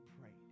prayed